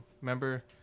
Remember